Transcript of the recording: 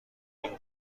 این